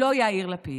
לא יאיר לפיד.